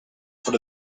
put